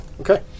okay